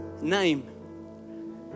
name